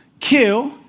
kill